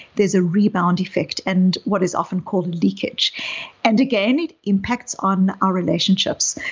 there's a rebound effect and what is often called leakage and again, it impacts on our relationships.